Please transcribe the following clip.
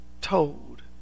told